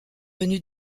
venues